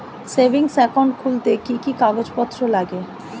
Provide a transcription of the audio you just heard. Savings account খুলতে কি কি কাগজপত্র লাগে?